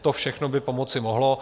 To všechno by pomoci mohlo.